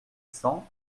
cents